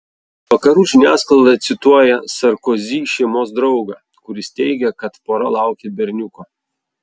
vakarų žiniasklaida cituoja sarkozy šeimos draugą kuris teigia kad pora laukia berniuko